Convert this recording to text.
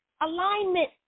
alignment